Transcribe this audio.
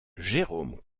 jérôme